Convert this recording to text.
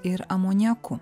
ir amoniaku